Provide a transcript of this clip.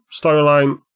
storyline